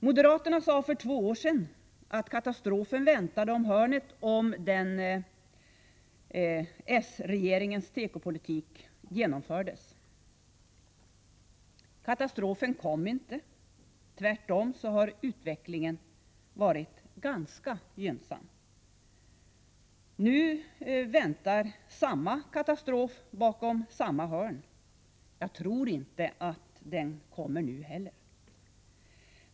Moderaterna sade för två år sedan att katastrofen väntade om hörnet, om den socialdemokratiska regeringens tekopolitik genomfördes. Katastrofen kominte. Tvärtom har utvecklingen varit ganska gynnsam. Nu väntar samma katastrof bakom samma hörn. Jag tror inte att den kommer nu heller.